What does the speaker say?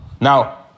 Now